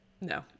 No